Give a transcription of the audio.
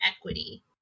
equity